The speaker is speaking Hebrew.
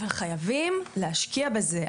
אבל חייבים להשקיע בזה.